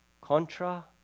contra